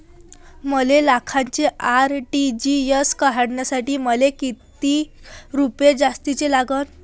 एक लाखाचे आर.टी.जी.एस करासाठी मले कितीक रुपये जास्तीचे लागतीनं?